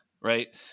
Right